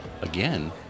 again